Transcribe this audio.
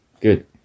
Good